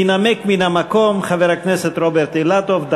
ינמק מן המקום חבר הכנסת רוברט אילטוב.